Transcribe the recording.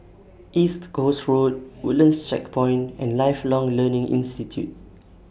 East Coast Road Woodlands Checkpoint and Lifelong Learning Institute